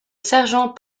sergent